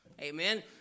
Amen